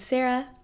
Sarah